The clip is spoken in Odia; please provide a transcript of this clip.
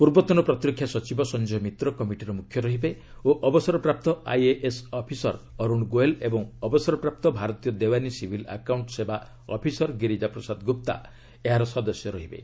ପୂର୍ବତନ ପ୍ରତିରକ୍ଷା ସଚିବ ସଞ୍ଜୟ ମିତ୍ର କମିଟିର ମୁଖ୍ୟ ରହିବେ ଓ ଅବସରପ୍ରାପ୍ତ ଆଇଏଏସ୍ ଅଫିସର୍ ଅରୁଣ ଗୋୟଲ୍ ଏବଂ ଅବସରପ୍ରାପ୍ତ ଭାରତୀୟ ଦେୱାନୀ ସିଭିଲ୍ ଆକାଉଣ୍ଟ୍ ସେବା ଅଫିସର୍ ଗିରିକା ପ୍ରସାଦ ଗୁପ୍ତା ଏହାର ସଦସ୍ୟ ରହିବେ